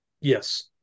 Yes